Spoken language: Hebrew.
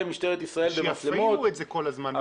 משטרת ישראל במצלמות --- ושיפעילו את זה כל הזמן,